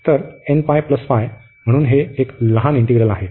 तर nπ π म्हणून हे एक लहान इंटिग्रल आहे